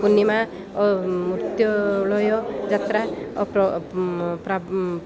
ପୂର୍ଣ୍ଣିମା ନୃତ୍ୟଳୟ ଯାତ୍ରା